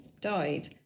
died